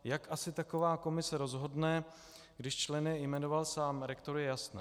Jak asi taková komise rozhodne, když členy jmenoval sám rektor, je jasné.